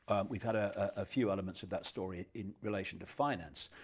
we've had a ah few elements of that story in relation to finance,